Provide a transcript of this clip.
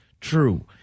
true